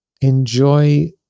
enjoy